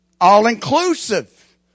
all-inclusive